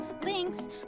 links